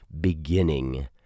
beginning